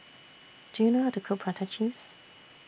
Do YOU know How to Cook Prata Cheese